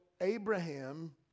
Abraham